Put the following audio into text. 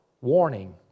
warning